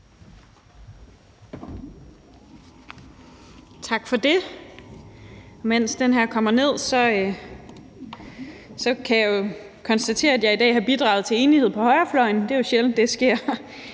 Tak for det. Jeg kan jo konstatere, at jeg har bidraget til enighed på højrefløjen; det er jo sjældent, det sker.